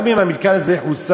גם אם המתקן הזה יחוסל,